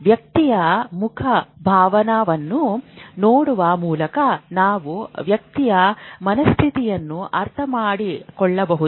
ವ್ಯಕ್ತಿಯ ಮುಖಭಾವವನ್ನು ನೋಡುವ ಮೂಲಕ ನಾವು ವ್ಯಕ್ತಿಯ ಮನಸ್ಥಿತಿಯನ್ನು ಅರ್ಥಮಾಡಿಕೊಳ್ಳಬಹುದು